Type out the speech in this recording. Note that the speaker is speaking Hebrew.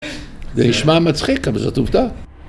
זה נשמע מצחיק אבל זאת עובדה